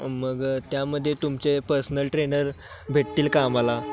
मग त्यामध्ये तुमचे पर्सनल ट्रेनर भेटतील का आम्हाला